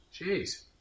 Jeez